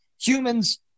humans